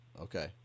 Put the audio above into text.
Okay